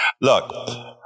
Look